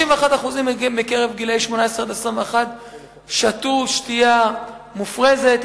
61% מקרב גילאי 18 21 שתו שתייה מופרזת,